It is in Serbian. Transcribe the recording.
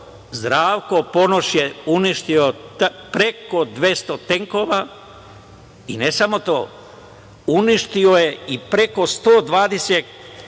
Zdravko Ponoš je uništio preko 200 tenkova. I ne samo to, uništio je i preko 120